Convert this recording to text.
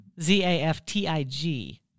Z-A-F-T-I-G